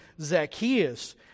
Zacchaeus